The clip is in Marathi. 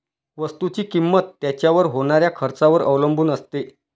वस्तुची किंमत त्याच्यावर होणाऱ्या खर्चावर अवलंबून असते